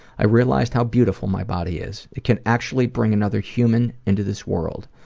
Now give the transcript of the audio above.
i realized how beautiful my body is, it can actually bring another human into this world.